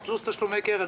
פלוס תשלומי קרן,